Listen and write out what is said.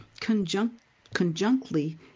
conjunctly